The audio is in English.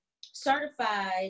certified